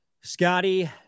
Scotty